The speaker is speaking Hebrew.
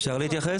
אפשר להתייחס?